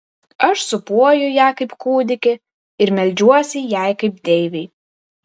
aš sūpuoju ją kaip kūdikį ir meldžiuosi jai kaip deivei